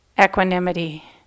Equanimity